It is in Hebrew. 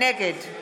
נגד